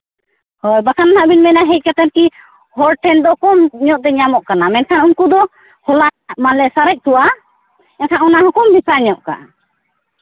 ᱦᱳᱭ ᱵᱟᱠᱷᱟᱱ ᱦᱟᱸᱜ ᱵᱤᱱ ᱢᱮᱱᱟ ᱦᱮᱡ ᱠᱟᱛᱮᱫ ᱠᱤ ᱦᱚᱲ ᱴᱷᱮᱱ ᱫᱚ ᱠᱚᱢ ᱧᱚᱜ ᱛᱮ ᱧᱟᱢᱚᱜ ᱠᱟᱱᱟ ᱢᱮᱱᱠᱷᱟᱱ ᱩᱱᱠᱩ ᱫᱚ ᱦᱚᱞᱟᱱᱟᱜ ᱢᱟᱱᱮ ᱥᱟᱨᱮᱡ ᱠᱚᱜᱼᱟ ᱮᱱᱠᱷᱟᱱ ᱚᱱᱟ ᱦᱚᱸᱠᱚ ᱢᱮᱥᱟ ᱧᱚᱜ ᱠᱟᱜᱼᱟ